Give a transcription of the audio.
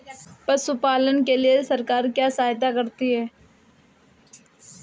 पशु पालन के लिए सरकार क्या सहायता करती है?